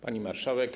Pani Marszałek!